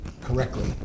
correctly